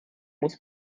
muss